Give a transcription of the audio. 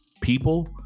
people